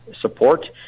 support